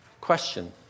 question